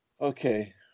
Okay